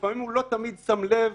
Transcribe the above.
לפעמים הוא לא תמיד שם לב